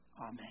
Amen